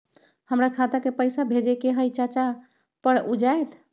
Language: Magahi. हमरा खाता के पईसा भेजेए के हई चाचा पर ऊ जाएत?